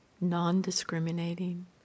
non-discriminating